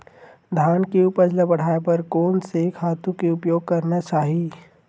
धान के उपज ल बढ़ाये बर कोन से खातु के उपयोग करना चाही?